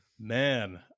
Man